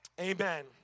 Amen